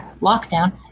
Lockdown